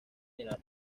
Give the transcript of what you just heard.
enanos